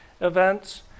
events